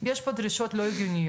יש פה דרישות לא הגיוניות,